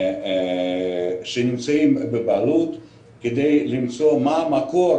כלבים שנמצאים בבעלות, כדי למצוא מה המקור